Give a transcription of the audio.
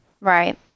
Right